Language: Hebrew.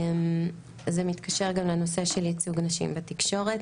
זה מתקשר גם לנושא של ייצוג נשים בתקשורת,